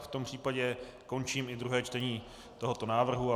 V tom případě končím i druhé čtení tohoto návrhu.